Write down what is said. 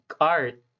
art